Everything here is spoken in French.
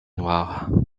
noire